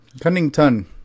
Cunnington